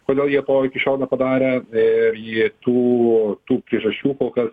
kodėl jie to iki šiol nepadarė ir ji tų tų priežasčių kol kas